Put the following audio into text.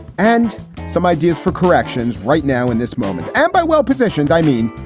and some ideas for corrections right now in this moment. ambi well positioned. i mean,